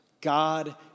God